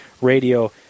Radio